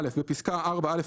בפסקה (4א),